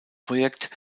projekt